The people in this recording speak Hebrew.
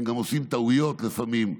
הם גם עושים טעויות לפעמים,